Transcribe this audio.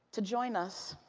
to join us,